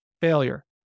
failure